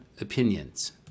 opinions